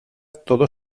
todo